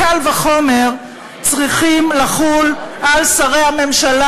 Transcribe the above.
קל וחומר שצריכים לחול על שרי הממשלה.